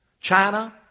China